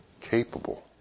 capable